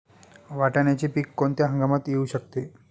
वाटाण्याचे पीक कोणत्या हंगामात येऊ शकते?